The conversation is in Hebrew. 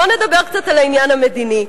בואו נדבר קצת על העניין המדיני.